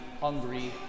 hungry